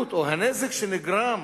שהעלות או הנזק שנגרם